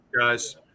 guys